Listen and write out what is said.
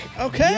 Okay